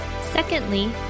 Secondly